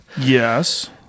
yes